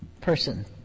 person